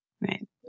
Right